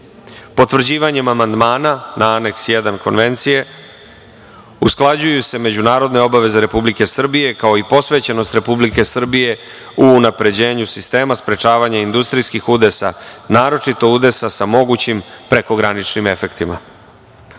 Potvrđivanjem amandmana na Aneks 1. konvencije usklađuju se međunarodne obaveze Republike Srbije, kao i posvećenost Republike Srbije u unapređenju sistema, sprečavanje industrijskih udesa, naročito udesa sa mogućim prekograničnim efektima. Uvaženi